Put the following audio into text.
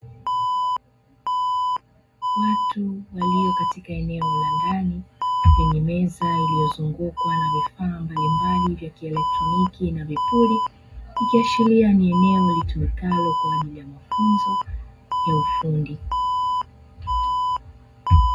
Watu walio katika eneo la ndani lenye meza iliyozungukwa na vifaa mbalimbali vya kielektroniki na vipuri, ikiashiria ni eneo litumikalo kwa ajili ya mafunzo ya ufundi.